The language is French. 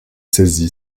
saisi